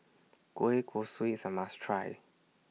Kueh Kosui IS A must Try